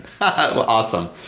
Awesome